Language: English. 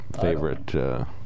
favorite